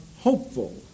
Hopeful